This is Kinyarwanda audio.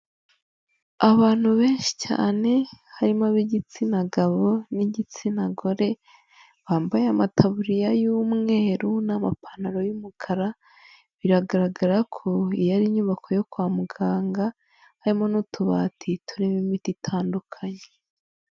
Abantu benshi cyane, harimo ab'igitsina gabo n'igitsina gore, bambaye amataburiya y'umweru n'amapantaro y'umukara, biragaragara ko iyo ari inyubako yo kwa muganga, harimo n'utubati turimo imiti itandukanye.